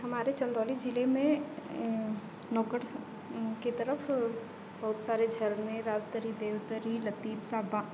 हमारे चंदौली जिले में की तरफ बहुत सारे झरने राजतरी देवतरी लतीब साब्बा